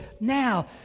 now